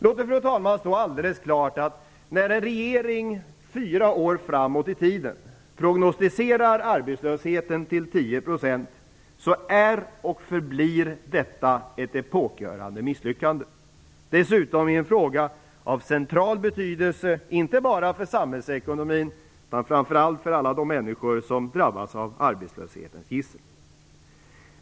Låt mig, fru talman, alldeles klart slå fast att när en regering prognosticerar arbetslösheten fyra år framåt i tiden till 10 % är och förblir detta ett epokgörande misslyckande. Det sker dessutom i en fråga av central betydelse, inte bara för samhällsekonomin, utan framför allt för alla de människor som drabbas av arbetslöshetens gissel.